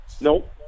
Nope